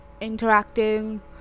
interacting